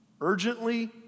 urgently